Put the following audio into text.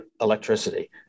electricity